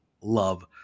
love